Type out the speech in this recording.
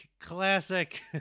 classic